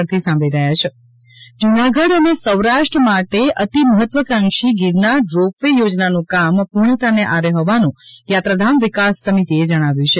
જૂનાગઢ જૂનાગઢ અને સૌરાષ્ટ્ર માટે અતિ મહત્વકાંક્ષી ગિરનાર રોપ વે યોજનાનું કામ પૂર્ણતાને આરે હોવાનું યાત્રાધામ વિકાસ સમિતિએ જણાવ્યું છે